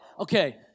Okay